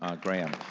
um graeme.